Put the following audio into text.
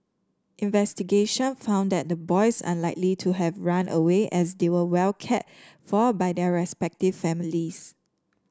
investigation found that the boys unlikely to have run away as they were well care for by their respective families